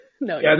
No